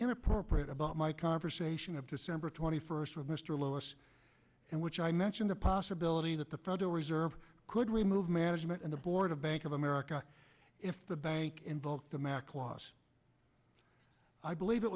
inappropriate about my conversation of december twenty first with mr lewis and which i mentioned the possibility that the federal reserve could remove management and the board of bank of america if the bank involved the max was i believe it